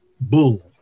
bull